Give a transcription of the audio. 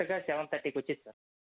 correct గా seven thirty కి వచ్చేయండి సార్